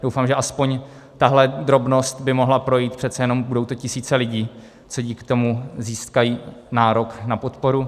Doufám, že aspoň tahle drobnost by mohla projít, přece jenom to budou tisíce lidí, co dík tomu získají nárok na podporu.